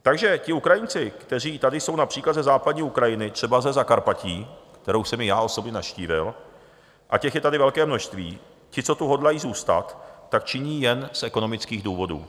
Takže ti Ukrajinci, kteří tady jsou například ze západní Ukrajiny, třeba ze Zakarpatí, kterou jsem i já osobně navštívil, a těch je tady velké množství, ti, co tu hodlají zůstat, tak činí jen z ekonomických důvodů.